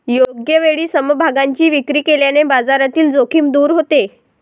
योग्य वेळी समभागांची विक्री केल्याने बाजारातील जोखीम दूर होते